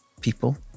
people